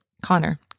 connor